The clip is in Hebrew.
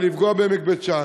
ולפגוע בעמק בית-שאן.